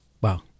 Wow